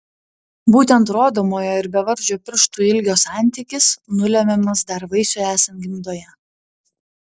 būtent rodomojo ir bevardžio pirštų ilgio santykis nulemiamas dar vaisiui esant gimdoje